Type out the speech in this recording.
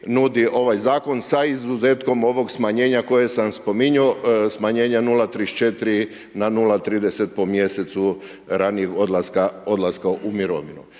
nudi ovaj Zakon sa izuzetkom ovog smanjenja koje sam spominjao, smanjenja 0,34 na 0,30 po mjesecu ranijeg odlaska u mirovinu.